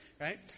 right